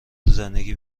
زندگی